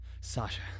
Sasha